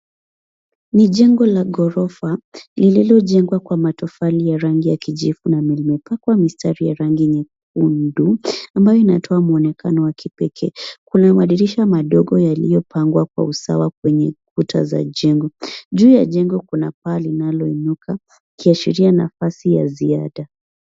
Ni jengo la ghorofa lililojengwa kwa matofali ya rangi ya kijivu na limepakwa mistari ya rangi nyekundu ambayo inatoa mwonekano wa kipekee. Kuna madirisha madogo yaliyopangwa kwa usawa kwenye kuta za jengo. Juu ya jengo kuna paa linaloinuka ikiashiria nafasi ya ziada.